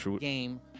game